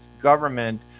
government